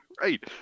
Right